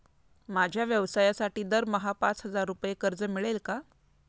माझ्या व्यवसायासाठी दरमहा पाच हजार रुपये कर्ज मिळेल का?